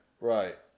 Right